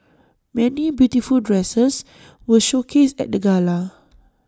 many beautiful dresses were showcased at the gala